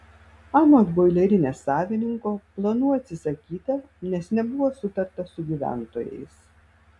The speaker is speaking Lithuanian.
anot boilerinės savininko planų atsisakyta nes nebuvo sutarta su gyventojais